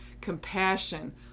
compassion